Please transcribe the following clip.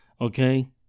okay